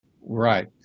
Right